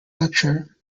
lecturer